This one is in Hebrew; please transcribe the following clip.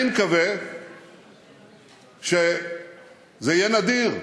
אני מקווה שזה יהיה נדיר.